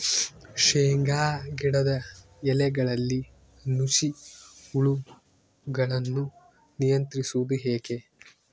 ಶೇಂಗಾ ಗಿಡದ ಎಲೆಗಳಲ್ಲಿ ನುಷಿ ಹುಳುಗಳನ್ನು ನಿಯಂತ್ರಿಸುವುದು ಹೇಗೆ?